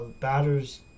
batters